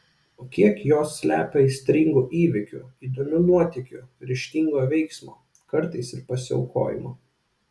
o kiek jos slepia aistringų įvykių įdomių nuotykių ryžtingo veiksmo kartais ir pasiaukojimo